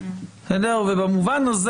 ובמובן הזה